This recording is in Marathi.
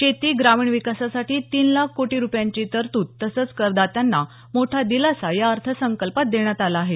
शेती ग्रामीण विकासासाठी तीन लाख कोटी रुपयांची तरतूद तसंच करदात्यांना मोठा दिलासा या अर्थसंकल्पात देण्यात आला आहे